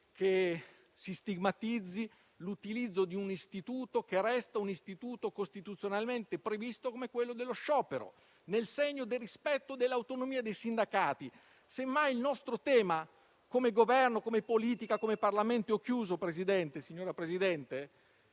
che si stigmatizzi l'utilizzo di un istituto che resta costituzionalmente previsto come è quello dello sciopero, nel segno del rispetto dell'autonomia dei sindacati. Semmai il nostro tema, come Governo, come politica e come Parlamento è farci carico delle